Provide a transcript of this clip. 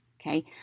Okay